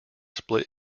split